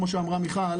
כמו שאמרה מיכל,